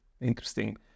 Interesting